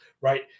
right